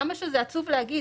כמה שזה עצוב להגיד.